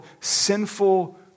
sinful